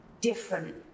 different